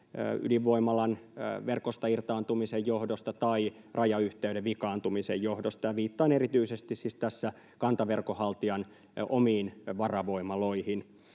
ydinvoimalan verkosta irtaantumisen johdosta tai rajayhteyden vikaantumisen johdosta, ja viittaan tässä erityisesti siis kantaverkonhaltijan omiin varavoimaloihin.